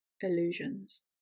illusions